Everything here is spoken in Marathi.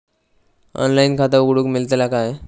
ऑनलाइन खाता उघडूक मेलतला काय?